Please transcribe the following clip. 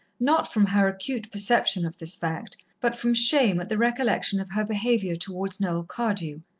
not from her acute perception of this fact, but from shame at the recollection of her behaviour towards noel cardew,